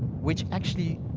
which actually